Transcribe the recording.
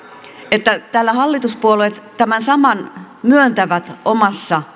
että täällä hallituspuolueet tämän saman myöntävät omassa